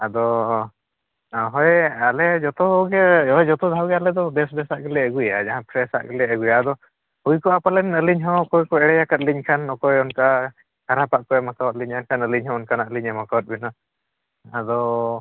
ᱟᱫᱚ ᱦᱳᱭ ᱟᱞᱮ ᱡᱚᱛᱚ ᱜᱮ ᱦᱳᱭ ᱡᱚᱛᱚ ᱫᱷᱟᱣᱜᱮ ᱟᱞᱮ ᱫᱚ ᱵᱮᱥ ᱵᱮᱥᱟᱜ ᱜᱮᱞᱮ ᱟᱹᱜᱩᱭᱟ ᱡᱟᱦᱟᱸ ᱯᱷᱮᱨᱮᱥᱟᱜ ᱜᱮᱞᱮ ᱟᱹᱜᱩᱭᱟ ᱟᱫᱚ ᱦᱩᱭ ᱠᱚᱜᱼᱟ ᱯᱟᱞᱮᱱ ᱟᱹᱞᱤᱧ ᱦᱚᱸ ᱚᱠᱚᱭ ᱠᱚ ᱮᱲᱮ ᱟᱠᱟᱫ ᱞᱤᱧ ᱠᱷᱟᱱ ᱚᱠᱚᱭ ᱚᱱᱠᱟ ᱠᱷᱟᱨᱟᱯ ᱟᱜ ᱠᱚ ᱮᱢᱟᱠᱟᱫ ᱞᱤᱧ ᱮᱱᱠᱷᱟᱱ ᱟᱹᱞᱤᱧ ᱦᱚᱸ ᱚᱱᱠᱟᱱᱟᱜ ᱞᱤᱧ ᱮᱢ ᱟᱠᱟᱫ ᱵᱤᱱᱟ ᱟᱫᱚ